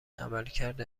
عملکرد